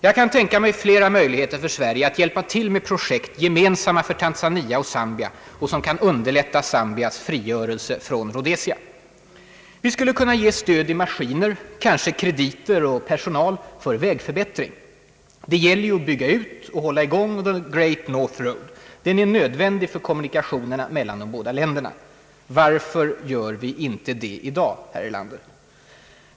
Jag kan tänka mig flera möjligheter för Sverige att hjälpa till med projekt som är gemensamma för Tanzania och Zambia och som kan underlätta Zambias frigörelse från Rhodesia: Vi skulle kunna ge stöd i maskiner, kanske krediter och personal för vägförbättring. Det gäller ju att hålla i gång The Great North Road. Den är nödvändig för kommunikationerna mellan de båda länderna. Varför gör vi inte det i dag, herr Erlander?